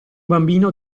bambino